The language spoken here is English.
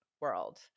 world